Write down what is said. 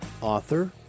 author